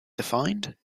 defined